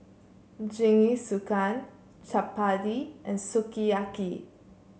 Jingisukan Chapati and Sukiyaki